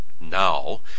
now